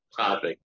topic